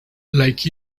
like